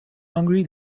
hungary